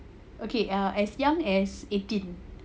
okay err as young as eighteen